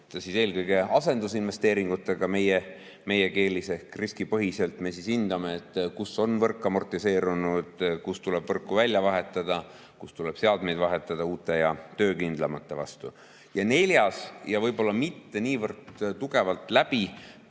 eelkõige asendusinvesteeringutega. Me riskipõhiselt hindame, kus on võrk amortiseerunud ja kus tuleb võrk välja vahetada ning kus tuleb seadmed vahetada uute ja töökindlamate vastu. Neljas ja võib-olla mitte niivõrd tugevalt läbi